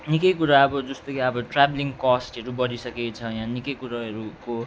निकै कुरा अब जस्तो कि अब ट्राभलिङ कस्टहरू बढिसकेछ यहाँ निकै कुरोहरूको